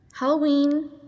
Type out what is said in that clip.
Halloween